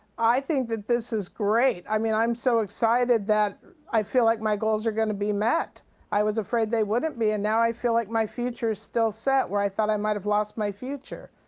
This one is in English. i think that this is great. i mean i'm so excited that i feel like my goals are going to be met i was afraid they wouldn't be and now i feel like my future is still set where i thought i might have lost my future.